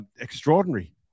extraordinary